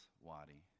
wadi